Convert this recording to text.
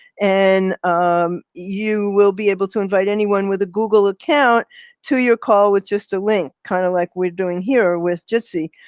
and um you will be able to invite anyone with a google account to your call with just a link kind of like we're doing here with jitso,